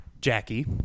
Jackie